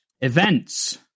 events